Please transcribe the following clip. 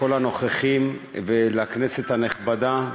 לכל הנוכחים ולכנסת הנכבדה,